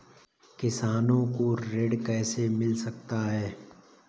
किसानों को ऋण कैसे मिल सकता है?